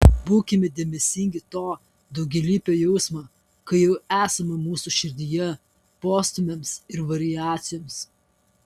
būkime dėmesingi to daugialypio jausmo kai jo esama mūsų širdyje postūmiams ir variacijoms